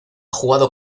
jugado